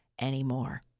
anymore